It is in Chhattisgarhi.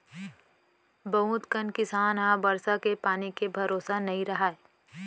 बहुत कन किसान ह बरसा के पानी के भरोसा नइ रहय